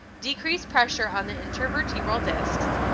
decrease pressure on the intervertebral discs,